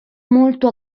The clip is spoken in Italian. molto